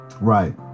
right